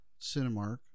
Cinemark